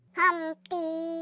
humpty